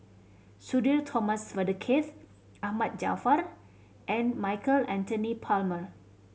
Sudhir Thomas Vadaketh Ahmad Jaafar and Michael Anthony Palmer